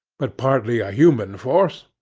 but partly a human force,